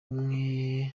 umwe